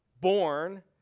Born